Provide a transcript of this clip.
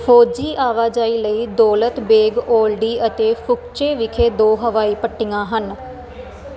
ਫ਼ੌਜੀ ਆਵਾਜਾਈ ਲਈ ਦੌਲਤ ਬੇਗ ਓਲਡੀ ਅਤੇ ਫੁਕਚੇ ਵਿਖੇ ਦੋ ਹਵਾਈ ਪੱਟੀਆਂ ਹਨ